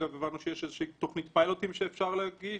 הבנו שיש תכנית פיילוטים שאפשר להגיש.